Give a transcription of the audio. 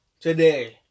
today